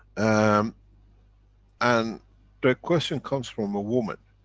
um and the question comes from a woman.